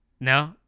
no